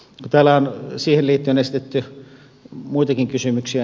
täällä on siihen liittyen esitetty muitakin kysymyksiä